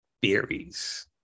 theories